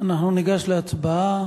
אנחנו ניגש להצבעה